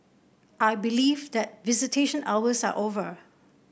I believe that visitation hours are over